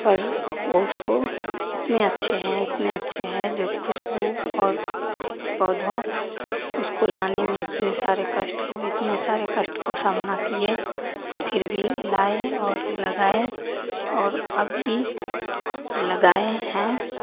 पर उसको इतने अच्छे हैं इतने अच्छे हैं जो खुशबू और पौधों उसको लाने में इतने सारे कष्ट इतने सरे कष्ट को सामना किए फिर भी लाए और लगाए और अभी लगाए हैं